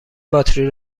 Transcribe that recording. باتری